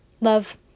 Love